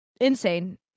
insane